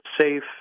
safe